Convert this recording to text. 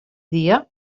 dia